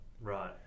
Right